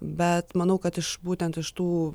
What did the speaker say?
bet manau kad iš būtent iš tų